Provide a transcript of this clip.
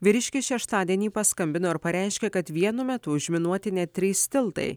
vyriškis šeštadienį paskambino ir pareiškė kad vienu metu užminuoti net trys tiltai